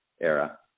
era